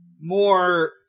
more